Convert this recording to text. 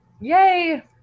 yay